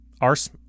Arse